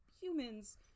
humans